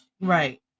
Right